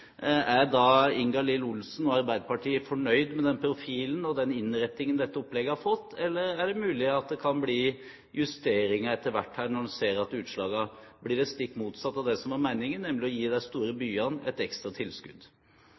er da Ingalill Olsen og Arbeiderpartiet fornøyd med den profilen og den innretningen dette opplegget har fått? Eller er det mulig at det kan bli justeringer etter hvert når en ser at utslagene blir stikk motsatt av det som var meningen, nemlig å gi de store byene et ekstra tilskudd?